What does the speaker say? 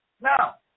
Now